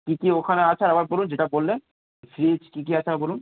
কী কী ওখানে আছে আবার বলুন যেটা করলেন ফ্রিজ কী কী আছে আরেকবার বলুন